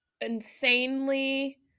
insanely